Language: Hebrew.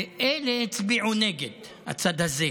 ואלה הצביעו נגד, הצד הזה.